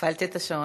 הפעלתי את השעון.